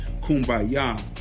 kumbaya